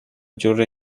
dziury